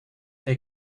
they